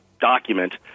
document